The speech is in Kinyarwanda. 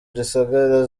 gisagara